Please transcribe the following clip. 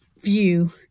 view